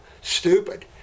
Stupid